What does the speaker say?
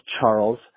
Charles